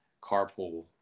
carpool